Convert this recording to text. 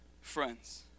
friends